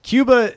Cuba